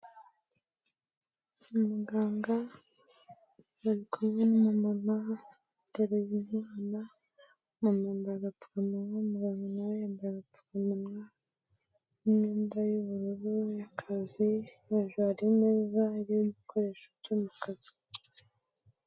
Umuganga ari kumwe n'umumama uteruye umwana gerageza mu ndagafura mu mu nawe yambaye agapfu munwa nmyenda yu'ubururu y'akazi yava ari meza ariibikoresho byo mu kazi.